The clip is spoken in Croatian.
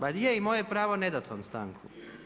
Pa je i moje pravo je ne dati vam stanku.